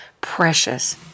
precious